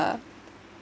uh